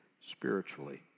spiritually